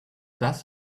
does